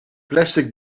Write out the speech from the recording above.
plastic